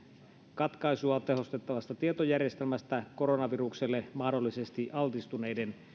katkaisua tehostavasta tietojärjestelmästä koronavirukselle mahdollisesti altistuneiden